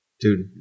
Dude